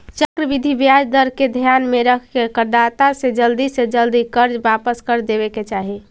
चक्रवृद्धि ब्याज दर के ध्यान में रखके करदाता के जल्दी से जल्दी कर्ज वापस कर देवे के चाही